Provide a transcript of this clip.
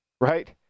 Right